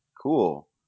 Cool